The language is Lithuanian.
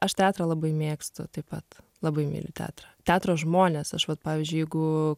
aš teatrą labai mėgstu taip pat labai myliu teatrą teatro žmones aš vat pavyzdžiui jeigu